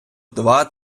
два